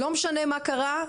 לא משנה מה קרה,